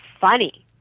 funny